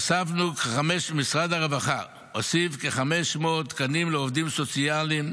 משרד הרווחה הוסיף כ-500 תקנים לעובדים סוציאליים